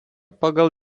pagal